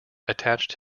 attached